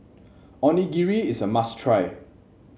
onigiri is a must try